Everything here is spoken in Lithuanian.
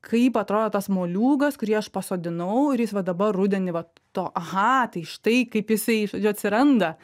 kaip atrodo tas moliūgas kurį aš pasodinau ir jis va dabar rudenį vat to aha tai štai kaip jisai žodžiu atsiranda